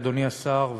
אדוני השר,